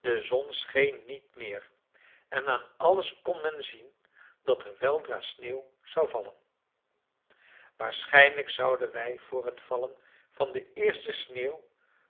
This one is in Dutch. de zon scheen niet meer en aan alles kon men zien dat er weldra sneeuw zou vallen waarschijnlijk zouden wij vr het vallen van de eerste sneeuw